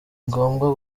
ngombwa